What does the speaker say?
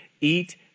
eat